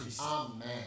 Amen